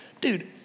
Dude